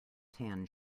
tan